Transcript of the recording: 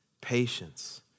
patience